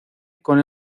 con